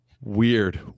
weird